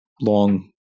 long